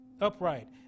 upright